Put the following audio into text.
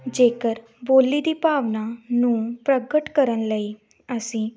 ਜੇਕਰ ਬੋਲੀ ਦੀ ਭਾਵਨਾ ਨੂੰ ਪ੍ਰਗਟ ਕਰਨ ਲਈ ਅਸੀਂ